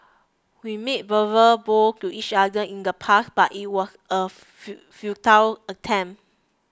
we made verbal vows to each other in the past but it was a few futile attempt